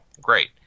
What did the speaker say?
Great